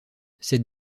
cette